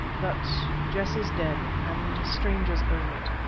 but jess is dead, and strangers own it,